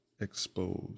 Exposed